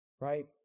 Right